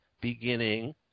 beginning